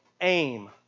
aim